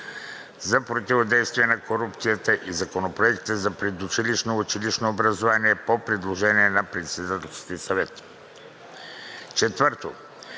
за противодействие на корупцията и законопроектите за предучилищно и училищно образование по предложение на Председателския съвет. „4. Първо